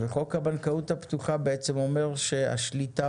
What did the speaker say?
חוק הבנקאות הפתוחה בעצם אומר שהשליטה